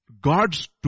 God's